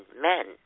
men